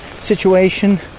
situation